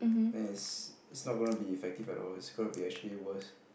then it's it's not gonna be effective at all it's gonna be actually worse